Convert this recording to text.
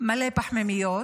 מלא פחמימות,